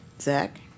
Zach